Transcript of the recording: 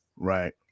Right